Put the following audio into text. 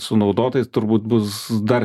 su naudotais turbūt bus dar